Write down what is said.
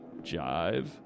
jive